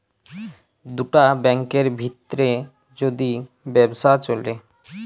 দুটা ব্যাংকের ভিত্রে যদি ব্যবসা চ্যলে